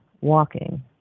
walking